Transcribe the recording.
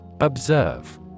Observe